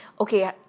okay